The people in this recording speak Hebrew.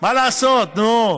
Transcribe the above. מה לעשות, נו.